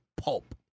pulp